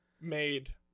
made